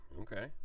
Okay